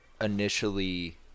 initially